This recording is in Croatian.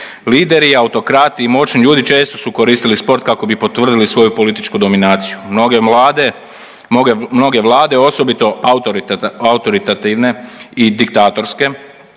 Lideri i autokrati i moćni ljudi često su koristili sport kako bi potvrdili svoju političku dominaciju. Mnoge mlade, mnoge Vlade, osobito autoritata…, autoritativne i diktatorske